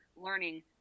learning